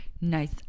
Nice